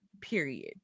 Period